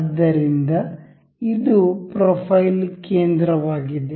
ಆದ್ದರಿಂದ ಇದು ಪ್ರೊಫೈಲ್ ಕೇಂದ್ರವಾಗಿದೆ